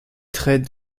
traits